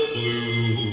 blue?